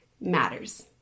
matters